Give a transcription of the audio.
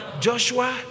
Joshua